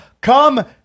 Come